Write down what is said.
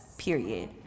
period